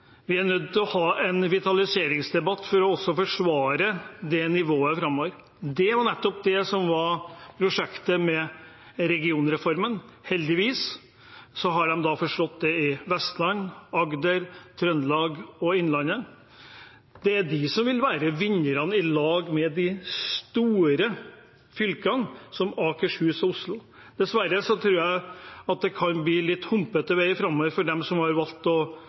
vitaliseringsdebatt også for å forsvare det nivået framover. Det var nettopp det som var prosjektet med regionreformen. Heldigvis har man forstått det i Vestland, Agder, Trøndelag og Innlandet. Det er de som vil bli vinnerne, sammen med de store fylkene, som Akershus og Oslo. Dessverre tror jeg det kan bli en litt humpete vei framover for dem som har valgt å